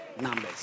numbers